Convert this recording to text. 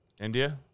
India